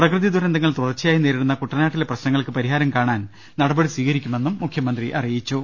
പ്രകൃതി ദുരന്തങ്ങൾ തുടർച്ചയായി നേരിടുന്ന കുട്ടനാട്ടിലെ പ്രശ്ന ങ്ങൾക്ക് പരിഹാരം കാണാൻ നടപടി സ്വീകരിക്കുമെന്നും മുഖ്യമന്ത്രി പറഞ്ഞു